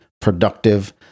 productive